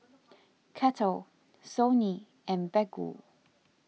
Kettle Sony and Baggu